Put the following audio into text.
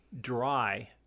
dry